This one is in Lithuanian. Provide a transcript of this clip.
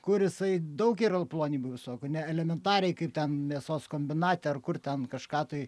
kur jisai daug yra plonybių visokių ne elementariai kaip ten mėsos kombinate ar kur ten kažką tai